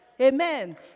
Amen